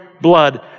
blood